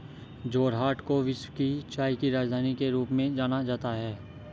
जोरहाट को विश्व की चाय की राजधानी के रूप में जाना जाता है